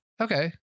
Okay